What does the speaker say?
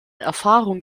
erfahrung